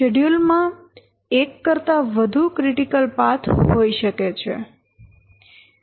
schedule માં એક કરતા વધુ ક્રિટીકલ પાથ હોઈ શકે છે